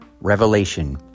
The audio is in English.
revelation